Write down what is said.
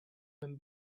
when